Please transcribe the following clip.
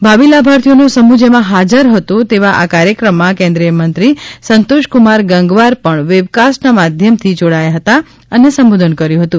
ભાવિ લાભાર્થીઓનો સમૂહ જેમાં હાજર હતો તેવા આ કાર્યક્રમ માં કેન્દ્રિય મંત્રી સંતોષ કુમાર ગંગવાર પણ વેબકાસ્ટ ના મધ્યમ થી જોડાયા હતા અને સંબોધન કર્યું હતું